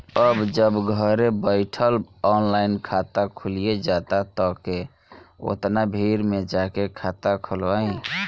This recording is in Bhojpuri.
अब जब घरे बइठल ऑनलाइन खाता खुलिये जाता त के ओतना भीड़ में जाके खाता खोलवाइ